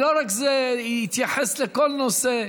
לא רק זה, התייחס לכל נושא.